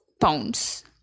pounds